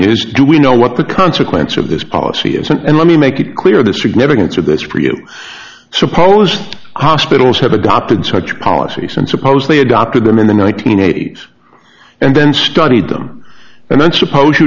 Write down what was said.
is do we know what the consequence of this policy is and let me make it clear the significance of this for you supposed hospitals have adopted such policies and suppose they adopted them in the nineteen eighties and then studied them and then suppose you